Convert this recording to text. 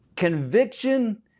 Conviction